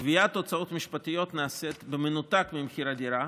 גביית הוצאות משפטיות נעשית במנותק ממחיר הדירה,